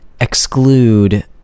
exclude